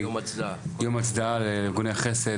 יום הצדעה לארגוני החסד,